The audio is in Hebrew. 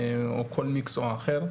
או כל מקצוע אחר,